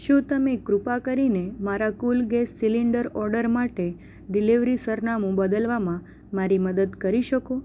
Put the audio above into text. શું તમે કૃપા કરીને મારા કુલ ગેસ સિલિન્ડર ઓર્ડર માટે ડિલિવરી સરનામું બદલવામાં મારી મદદ કરી શકો